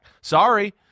Sorry